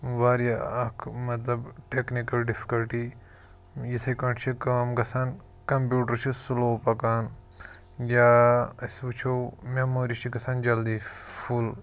واریاہ اَکھ مطلب ٹیٚکنِکل ڈِفِکَلٹی یِتھے پٲٹھۍ چھِ کٲم گَژھان کَمپیوٗٹَر چھِ سُلو پَکان یا أسۍ وُچھو میٚموری چھِ گژھان جلدی فُل